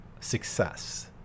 success